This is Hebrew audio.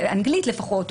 לפחות באנגלית,